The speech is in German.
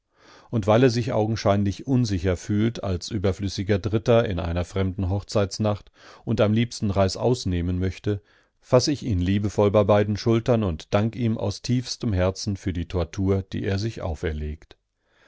und weil er sich augenscheinlich unsicher fühlt als überflüssiger dritter in einer fremden hochzeitsnacht und am liebsten reißaus nehmen möchte fass ich ihn liebevoll bei beiden schultern und dank ihm aus tiefstem herzen für die tortur die er sich auferlegt